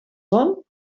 vol